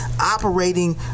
operating